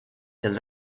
seal